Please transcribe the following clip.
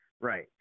Right